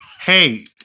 Hey